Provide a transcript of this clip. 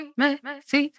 messy